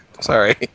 Sorry